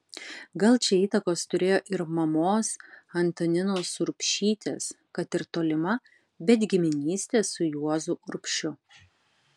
gal čia įtakos turėjo ir mamos antaninos urbšytės kad ir tolima bet giminystė su juozu urbšiu